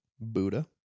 Buddha